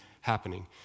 happening